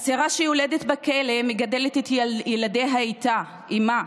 אסירה שיולדת בכלא מגדלת את ילדיה איתה, עימה,